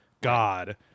god